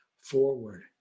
forward